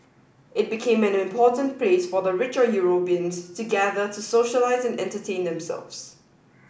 it became an important place for the rich or Europeans to gather to socialise and entertain themselves